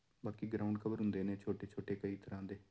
ਬਾਕੀ ground cover ਹੁੰਦੇ ਨੇ ਛੋਟੇ ਛੋਟੇ ਕਈ ਤਰ੍ਹਾਂ ਦੇ